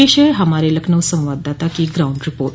पेश है हमारे लखनऊ संवाददाता की ग्राउंड रिपोर्ट